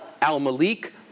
Al-Malik